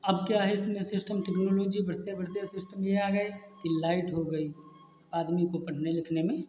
अब क्या है इसमें सिस्टम टेक्नोलॉजी बढ़ते बढ़ते सिस्टम ये आ गया है कि लाइट हो गई आदमी को पढ़ने लिखने में